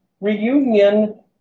reunion